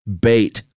Bait